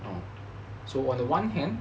so on one hand